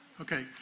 Okay